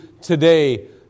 today